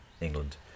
England